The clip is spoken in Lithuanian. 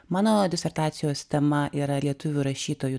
mano disertacijos tema yra lietuvių rašytojų